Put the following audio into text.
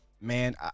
Man